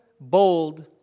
bold